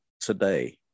today